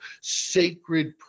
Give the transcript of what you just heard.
sacred